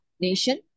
nation